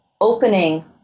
opening